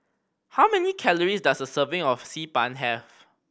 how many calories does a serving of Xi Ban have